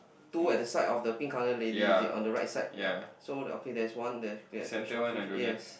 two at the side of the pink color lady is it on the right side ya so okay there's one there okay there's a shellfish yes